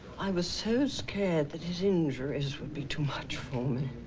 i was so scared that his injuries would be too much for me.